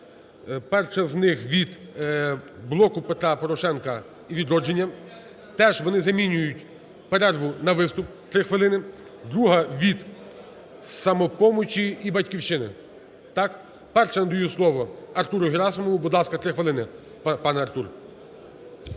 Перша з них - від "Блоку Петра Порошенка" і "Відродження. Теж вони замінюють перерву на виступ, 3 хвилини. Друга – від "Самопомочі" і "Батьківщини". Так? Першим я надаю слово Артуру Герасимову. Будь ласка, 3 хвилини, пане Артур.